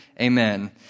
Amen